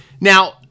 Now